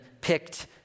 picked